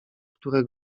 które